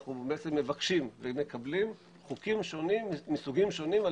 אנחנו מבקשים ומקבלים חוקים שונים מסוגים שונים על